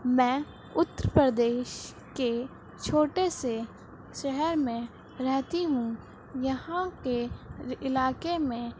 میں اتر پردیش کے چھوٹے سے شہر میں رہتی ہوں یہاں کے علاقے میں